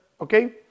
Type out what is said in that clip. Okay